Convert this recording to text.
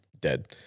dead